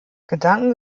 gedanken